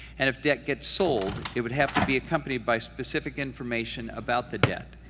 and if debt gets sold, it would have to be accompanied by specific information about the debt,